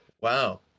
wow